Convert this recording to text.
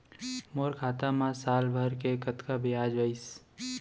मोर खाता मा साल भर के कतका बियाज अइसे?